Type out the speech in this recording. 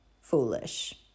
foolish